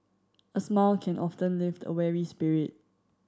a smile can often lift a weary spirit